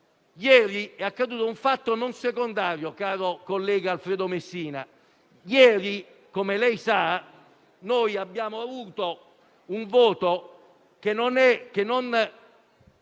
Ieri è accaduto un fatto non secondario, caro collega Alfredo Messina. Ieri - come lei sa - abbiamo assistito a un voto che non dà